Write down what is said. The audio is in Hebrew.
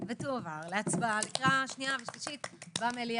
הצעת החוק התקבלה ותועבר להצבעה בקריאה שנייה ושלישית במליאה.